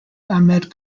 ahmad